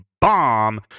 bomb